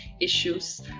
issues